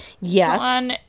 Yes